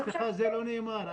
סליחה, זה לא נאמר.